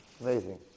Amazing